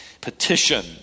petition